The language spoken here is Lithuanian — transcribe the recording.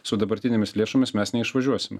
su dabartinėmis lėšomis mes neišvažiuosime